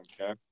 Okay